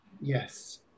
Yes